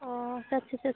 ꯑꯣ ꯆꯠꯁꯤ ꯆꯠꯁꯤ